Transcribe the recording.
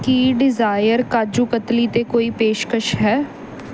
ਕੀ desire kaju katli 'ਤੇ ਕੋਈ ਪੇਸ਼ਕਸ਼ ਹੈ